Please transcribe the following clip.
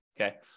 okay